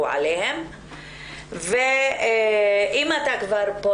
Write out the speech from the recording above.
אם אתה כבר פה,